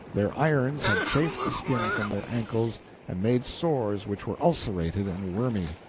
their irons had chafed the skin from their ankles and made sores which were ulcerated and wormy.